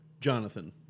Jonathan